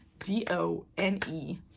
D-O-N-E